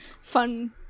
fun